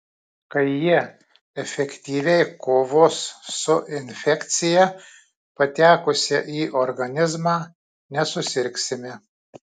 kai jie efektyviai kovos su infekcija patekusia į organizmą nesusirgsime